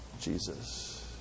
Jesus